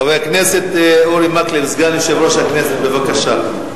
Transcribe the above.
חבר הכנסת אורי מקלב, סגן יושב-ראש הכנסת, בבקשה.